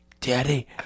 daddy